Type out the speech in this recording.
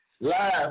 live